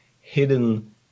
hidden